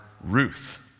Ruth